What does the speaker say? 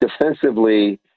Defensively